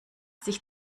sich